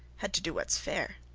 had to do whats fair.